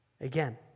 again